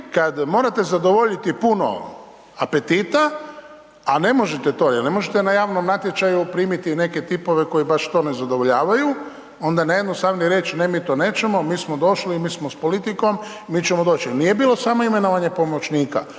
kad morate zadovoljiti puno petita, a ne možete to jer ne možete na javnom natječaju primiti neke tipove koji baš to ne zadovoljavaju onda je najjednostavnije reći, ne, mi to nećemo, mi smo došli, mi smo s politikom, mi ćemo doći jer nije bilo samo imenovanje pomoćnika,